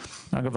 אגב,